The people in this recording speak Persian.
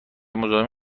مزاحم